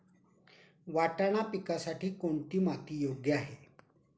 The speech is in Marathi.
वाटाणा पिकासाठी कोणती माती योग्य आहे?